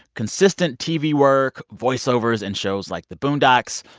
consistent tv work, voiceovers in shows like the boondocks.